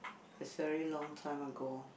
is very long time ago